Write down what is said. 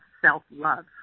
self-love